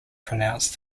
pronounced